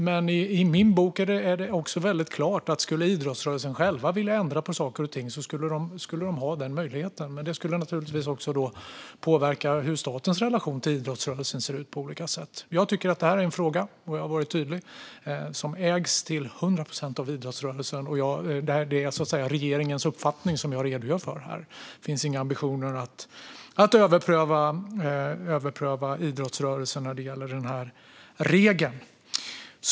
Men i min bok är det väldigt tydligt att om idrottsrörelsen skulle vilja ändra på saker och ting har de den möjligheten, men det skulle naturligtvis påverka hur statens relation till idrottsrörelsen ser ut på olika sätt. Jag tycker och har varit tydlig med att detta är en fråga som ägs till hundra procent av idrottsrörelsen. Det är regeringens uppfattning som jag redogör för här. Det finns inga ambitioner att överpröva idrottsrörelsen när det gäller regeln.